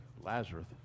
Lazarus